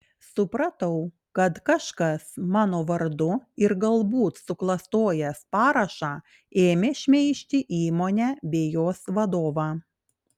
supratau kad kažkas mano vardu ir galbūt suklastojęs parašą ėmė šmeižti įmonę bei jos vadovą